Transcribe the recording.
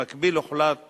במקביל, הוחלט